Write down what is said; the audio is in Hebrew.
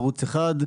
ערוץ 1,